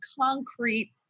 concrete